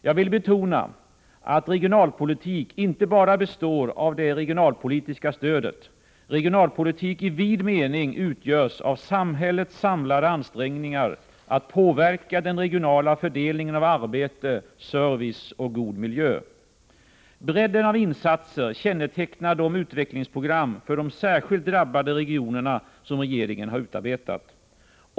Jag vill betona att regionalpolitik inte bara består av det regionalpolitiska stödet. Regionalpolitik i vid mening utgörs av samhällets samlade ansträngningar att påverka den regionala fördelningen av arbete, service och god miljö. Bredden av insatser kännetecknar de utvecklingsprogram för de särskilt drabbade regionerna som regeringen har utarbetat.